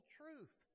truth